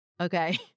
Okay